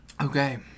okay